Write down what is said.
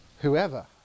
whoever